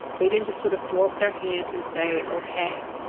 they didn't just sort of throw up their hands and say, ok.